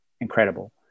incredible